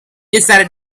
decided